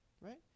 right